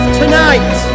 tonight